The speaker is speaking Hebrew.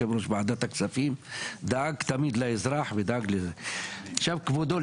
הם היו מרוקנים את כל המוצרים בבית לגברת.